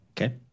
okay